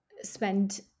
spend